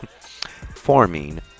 forming